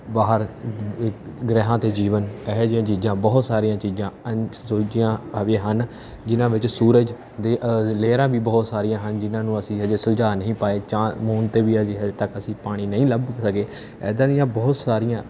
ਬਾਹਰ ਗ੍ਰਹਿਆਂ 'ਤੇ ਜੀਵਨ ਇਹੋ ਜਿਹੀਆਂ ਚੀਜ਼ਾਂ ਬਹੁਤ ਸਾਰੀਆਂ ਚੀਜ਼ਾਂ ਅਣਸੁਲਝੀਆਂ ਵੀ ਹਨ ਜਿਹਨਾਂ ਵਿੱਚ ਸੂਰਜ ਦੇ ਲੇਅਰਾਂ ਵੀ ਬਹੁਤ ਸਾਰੀਆਂ ਹਨ ਜਿਹਨਾਂ ਨੂੰ ਅਸੀਂ ਹਜੇ ਸੁਲਝਾ ਨਹੀਂ ਪਾਏ ਜਾਂ ਮੂਨ 'ਤੇ ਵੀ ਅਜੇ ਤੱਕ ਅਸੀਂ ਪਾਣੀ ਨਹੀਂ ਲੱਭ ਸਕੇ ਇੱਦਾਂ ਦੀਆਂ ਬਹੁਤ ਸਾਰੀਆਂ